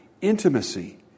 intimacy